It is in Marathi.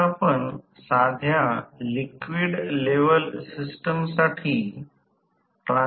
S वास्तविक Smax T r2 आणि मूळ r Thevenin 2 x Thevenin x 2 2 अंतर्गत विभाजित हे समीकरण 20 आहे